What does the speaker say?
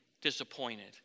disappointed